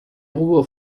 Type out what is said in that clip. ruhe